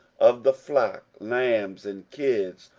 of the flock, lambs and kids,